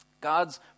God's